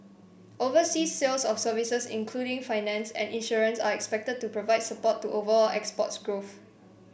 overseas sales of services including finance and insurance are expected to provide support to overall exports growth